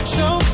Show